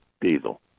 diesel